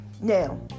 Now